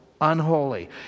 unholy